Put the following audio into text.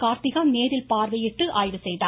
கார்த்திகா நேரில் பார்வையிட்டு ஆய்வு செய்தார்